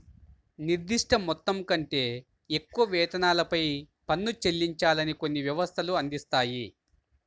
నిర్దిష్ట మొత్తం కంటే ఎక్కువ వేతనాలపై పన్ను చెల్లించాలని కొన్ని వ్యవస్థలు అందిస్తాయి